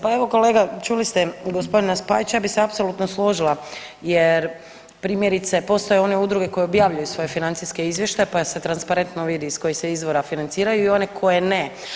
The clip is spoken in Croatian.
Pa evo kolega čuli ste g. Spajića, ja bih se apsolutno složila jer primjerice postoje one udruge koje objavljuju svoje financijske izvještaje pa se transparentno vidi iz kojih se izvora financiraju i one koje ne.